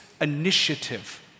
initiative